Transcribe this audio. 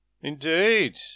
Indeed